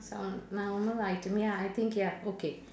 sound to me ya I think ya okay